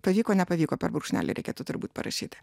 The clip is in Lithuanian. pavyko nepavyko per brūkšnelį reikėtų turbūt parašyti